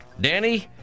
Danny